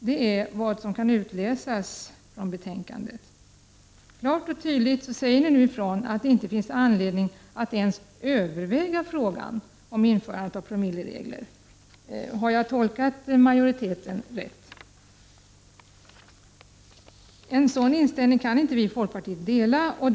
Det är vad som står i betänkandet. Klart och tydligt säger nu utskottsmajoriteten ifrån att det inte finns anledning att ens överväga frågan om införande av promilleregler. Har jag tolkat utskottsmajoriteten rätt? En sådan inställning kan vi i folkpartiet inte dela.